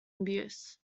abuse